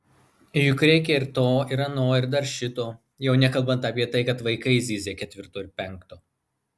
juk reikia ir to ir ano ir dar šito jau nekalbant apie tai kad vaikai zyzia ketvirto ir penkto